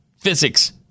physics